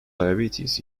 diabetes